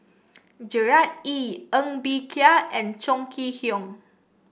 Gerard Ee Ng Bee Kia and Chong Kee Hiong